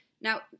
Now